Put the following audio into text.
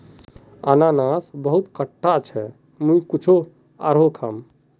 अनन्नास बहुत खट्टा छ मुई कुछू आरोह खाम